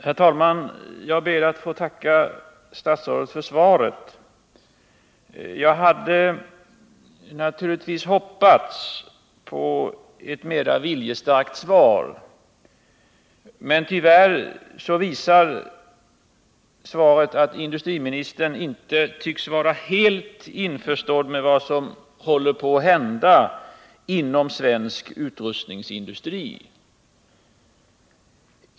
Herr talman! Jag ber att få tacka statsrådet för svaret på min interpellation. Jag hade naturligtvis hoppats på ett mera viljestarkt svar. Tyvärr visar svaret att industriministern inte tycks vara helt införstådd med vad som håller på att hända inom svensk utrustningsindustri.